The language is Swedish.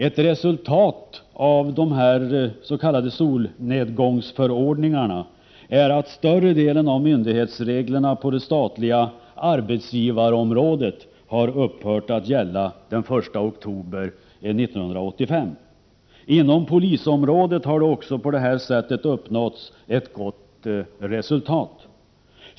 Ett resultat av dessa s.k. solnedgångsförordningar är att större delen av myndighetsreglerna på det statliga arbetsgivarområdet upphörde att gälla den 1 oktober 1985. Inom polisområdet har också på detta sätt ett gott resultat uppnåtts.